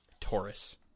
taurus